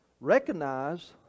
recognize